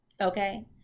Okay